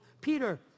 Peter